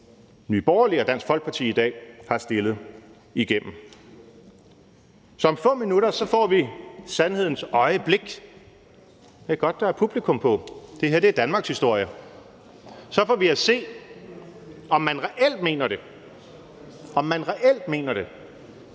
Nye Borgerlige og Dansk Folkeparti i dag har stillet. Så om få minutter får vi sandhedens øjeblik. Det er godt, der er publikum på, det her er Danmarkshistorie. Så får vi at se, om man reelt mener det – om man reelt mener det